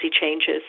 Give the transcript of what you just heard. changes